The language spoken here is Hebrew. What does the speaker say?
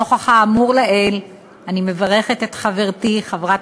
נוכח האמור לעיל אני מברכת את חברתי חברת